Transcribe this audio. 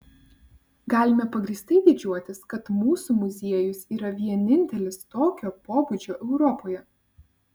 galime pagrįstai didžiuotis kad mūsų muziejus yra vienintelis tokio pobūdžio europoje